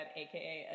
aka